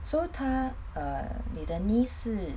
so 他 err 你的 niece 是